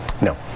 No